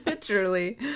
Truly